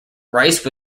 rice